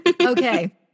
Okay